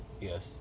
yes